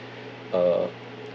uh